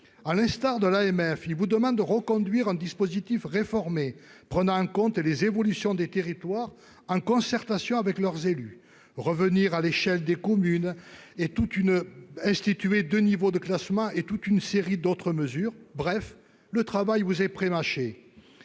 à l'instar de l'AMF, il vous demande de reconduire un dispositif réformer, prenant en compte les évolutions des territoires en concertation avec leurs élus, revenir à l'échelle des communes et toute une de niveau de classement et toute une série d'autres mesures, bref, le travail, vous avez prémâché